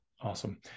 awesome